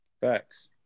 Facts